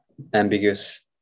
ambiguous